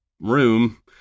room